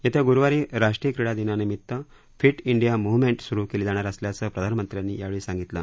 येत्या ग्रुवारी राष्ट्रीय क्रीडा दिनानिमित फिट इंडिया मूव्हमेंट स्रू केली जाणार असल्याचं प्रधानमंत्र्यांनी यावेळी सांगितलं